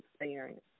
experience